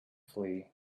flee